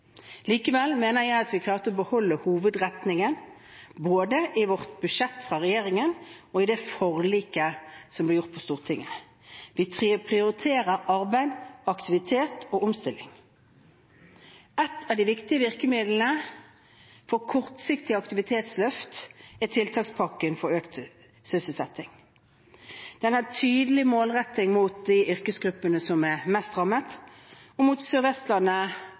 Likevel mener jeg at vi klarte å beholde hovedretningen, både i vårt budsjett fra regjeringen og i det forliket som ble gjort på Stortinget. Vi prioriterer arbeid, aktivitet og omstilling. Ett av de viktige virkemidlene for kortsiktig aktivitetsløft er tiltakspakken for økt sysselsetting. Den er tydelig målrettet mot de yrkesgruppene som er mest rammet, og mot